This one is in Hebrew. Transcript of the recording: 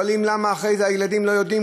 אחרי זה שואלים למה הילדים לא יודעים,